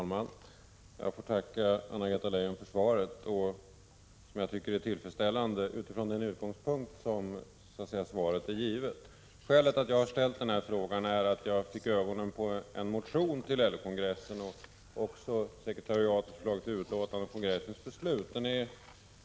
Herr talman! Jag tackar Anna-Greta Leijon för svaret som är tillfredsställande utifrån svarets utgångspunkt. Skälet till att jag ställt frågan är att jag fick ögonen på en motion till LO-kongressen och även landssekretariatets utlåtande och kongressens beslut.